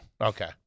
Okay